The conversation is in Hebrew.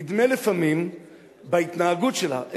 נדמה לפעמים בהתנהגות שלה,